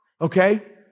Okay